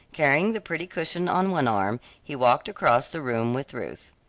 carrying the pretty cushion on one arm, he walked across the room with ruth.